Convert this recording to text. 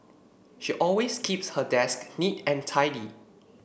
she always keeps her desk neat and tidy